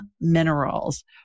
Minerals